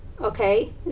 okay